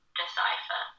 decipher